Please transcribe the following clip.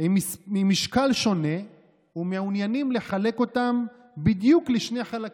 במשקל שונה ומעוניינים לחלק אותם בדיוק לשני חלקים.